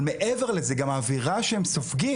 אבל יש גם את האווירה שהם סופגים.